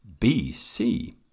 BC